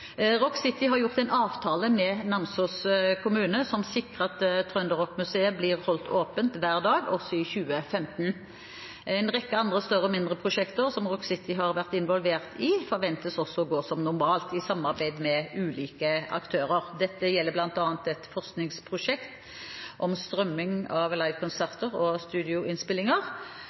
har gjort en avtale med Namsos kommune som sikrer at Trønderrockmuseet blir holdt åpent hver dag også i 2015. En rekke andre større og mindre prosjekter som Rock City har vært involvert i, forventes også å gå som normalt i samarbeid med ulike aktører. Dette gjelder bl.a. et forskningsprosjekt om strømming av livekonserter og studioinnspillinger